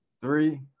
Three